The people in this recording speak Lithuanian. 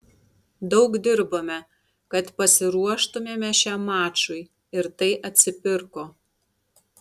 daug dirbome kad pasiruoštumėme šiam mačui ir tai atsipirko